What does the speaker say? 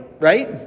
right